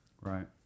Right